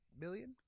million